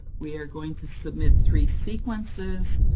we are going to submit three sequences,